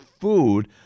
food